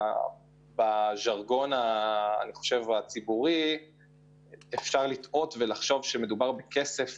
בז'רגון הציבורי אפשר לטעות ולחשוב שמדובר בכסף